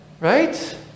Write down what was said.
right